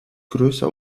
größer